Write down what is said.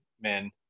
men